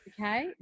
okay